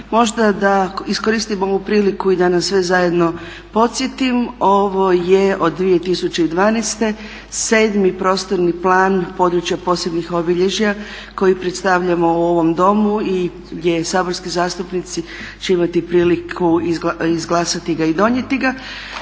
Možda da iskoristim ovu priliku i da nas sve zajedno podsjetim ovo je od 2012. 7 prostorni plan područja posebnih obilježja koji predstavljamo u ovom Domu i gdje saborski zastupnici će imati priliku izglasati ga i donijeti ga.